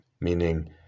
meaning